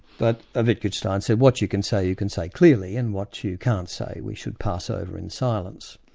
but ah wittgenstein said what you can say, you can say clearly, and what you can't say, we should pass over in silence.